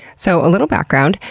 so, a little background.